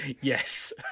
Yes